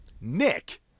Nick